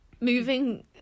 Moving